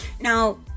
Now